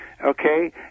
Okay